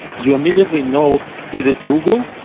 you immediately know is it google?